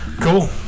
cool